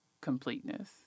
completeness